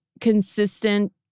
consistent